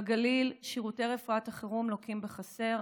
בגליל, שירותי רפואת החירום לוקים בחסר.